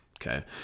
okay